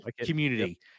community